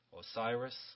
Osiris